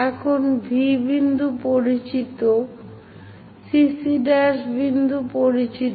এখন V বিন্দু পরিচিত CC' বিন্দু পরিচিত